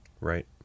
Right